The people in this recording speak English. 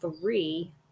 three